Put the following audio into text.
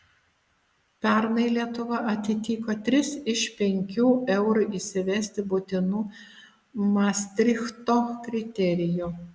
pernai lietuva atitiko tris iš penkių eurui įsivesti būtinų mastrichto kriterijų